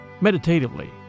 meditatively